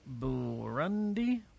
Burundi